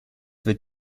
wird